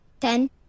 Ten